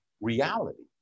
reality